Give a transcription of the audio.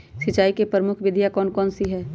सिंचाई की प्रमुख विधियां कौन कौन सी है?